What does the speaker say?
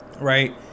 right